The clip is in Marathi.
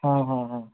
हं हं हं